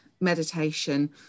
meditation